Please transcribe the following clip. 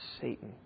Satan